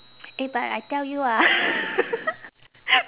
eh but I tell you ah